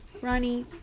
Ronnie